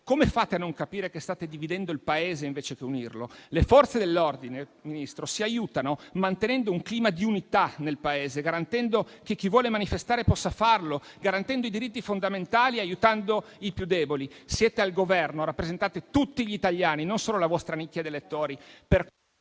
Come fate a non capire che state dividendo il Paese invece che unirlo? Le Forze dell'ordine, Ministro, si aiutano mantenendo un clima di unità nel Paese, garantendo che chi vuole manifestare possa farlo, garantendo i diritti fondamentali e aiutando i più deboli. Siete al Governo, rappresentate tutti gli italiani, non solo la vostra nicchia di elettori,